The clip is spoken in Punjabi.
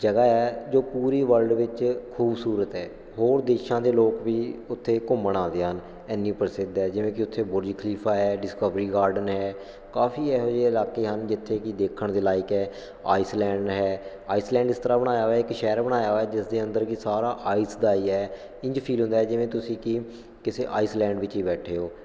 ਜਗ੍ਹਾ ਹੈ ਜੋ ਪੂਰੀ ਵਰਲਡ ਵਿੱਚ ਖੂਬਸੂਰਤ ਹੈ ਹੋਰ ਦੇਸ਼ਾਂ ਦੇ ਲੋਕ ਵੀ ਉਥੇ ਘੁੰਮਣ ਆਉਂਦੇ ਹਨ ਇੰਨੀ ਪ੍ਰਸਿੱਧ ਹੈ ਜਿਵੇਂ ਕਿ ਉਥੇ ਬੁਰਜ ਖਲੀਫਾ ਹੈ ਡਿਸਕਵਰੀ ਗਾਰਡਨ ਹੈ ਕਾਫੀ ਇਹੋ ਜਿਹੇ ਇਲਾਕੇ ਹਨ ਜਿੱਥੇ ਕਿ ਦੇਖਣ ਦੇ ਲਾਇਕ ਹੈ ਆਈਸਲੈਂਡ ਹੈ ਆਈਸਲੈਂਡ ਇਸ ਤਰਾਂ ਬਣਾਇਆ ਹੋਇਆ ਇਕ ਸ਼ਹਿਰ ਬਣਾਇਆ ਹੋਇਆ ਜਿਸ ਦੇ ਅੰਦਰ ਕਿ ਸਾਰਾ ਆਈਸ ਦਾ ਹੀ ਹੈ ਇੰਝ ਫੀਲ ਹੁੰਦਾ ਜਿਵੇਂ ਤੁਸੀਂ ਕਿ ਕਿਸੇ ਆਈਸਲੈਂਡ ਵਿੱਚ ਹੀ ਬੈਠੇ ਹੋ